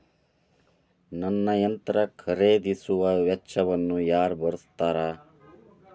ನನ್ನ ಯಂತ್ರ ಖರೇದಿಸುವ ವೆಚ್ಚವನ್ನು ಯಾರ ಭರ್ಸತಾರ್?